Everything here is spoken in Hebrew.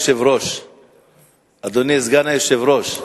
אדוני סגן היושב-ראש,